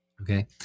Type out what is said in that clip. Okay